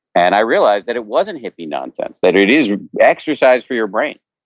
and i realized that it wasn't hippy nonsense. that it is exercise for your brain,